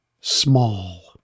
small